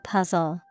Puzzle